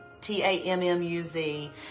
T-A-M-M-U-Z